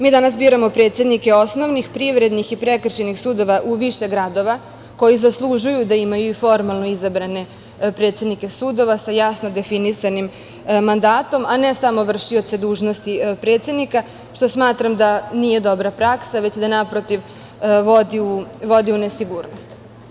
Mi danas biramo predsednike osnovnih, privrednih i prekršajnih sudova u više gradova, koji zaslužuju da imaju formalno izabrane predsednike sudova sa jasno definisanim mandatom, a ne samo vršioce dužnosti predsednika, što smatram da nije dobra praksa, već da, naprotiv, vodi u nesigurnost.